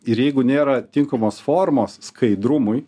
ir jeigu nėra tinkamos formos skaidrumui